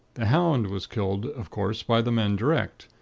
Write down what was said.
the hound was killed, of course, by the men direct.